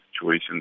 situations